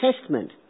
Testament